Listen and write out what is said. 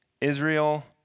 Israel